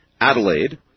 Adelaide